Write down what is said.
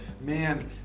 man